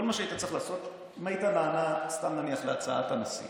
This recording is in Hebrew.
כל מה שהיית צריך לעשות, אם היית נענה להצעת הנשיא